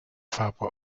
fabre